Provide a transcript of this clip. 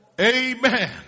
amen